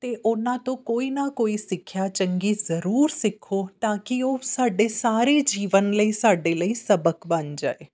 ਅਤੇ ਉਹਨਾਂ ਤੋਂ ਕੋਈ ਨਾ ਕੋਈ ਸਿੱਖਿਆ ਚੰਗੀ ਜ਼ਰੂਰ ਸਿੱਖੋ ਤਾਂ ਕਿ ਉਹ ਸਾਡੇ ਸਾਰੇ ਜੀਵਨ ਲਈ ਸਾਡੇ ਲਈ ਸਬਕ ਬਣ ਜਾਏ